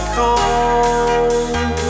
home